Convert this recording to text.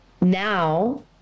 now